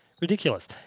Ridiculous